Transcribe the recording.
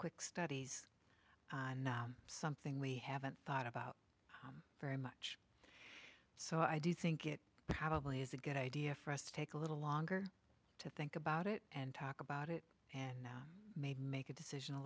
quick studies something we haven't thought about very much so i do think it probably is a good idea for us to take a little longer to think about it and talk about it and maybe make a decision a